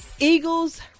Eagles